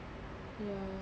ya